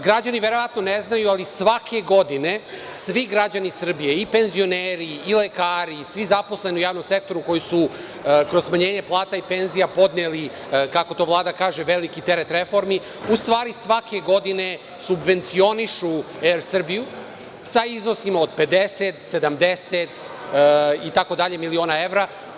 Građani verovatno ne znaju, ali svake godine svi građani Srbije i penzioneri, i lekari, i svi zaposleni u javnom sektoru koji su kroz smanjenje plata i penzija podneli, kako to Vlada kaže, veliki teret reformi, svake godine subvencionišu Er Srbiju sa iznosima od 50, 70 itd. miliona evra.